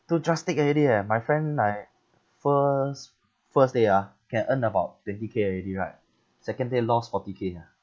too drastic already eh my friend like first first day ah can earn about twenty k already right second day lost fourty k ah